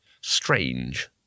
strange